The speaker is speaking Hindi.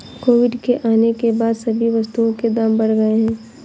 कोविड के आने के बाद सभी वस्तुओं के दाम बढ़ गए हैं